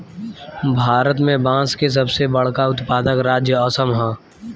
भारत में बांस के सबसे बड़का उत्पादक राज्य असम ह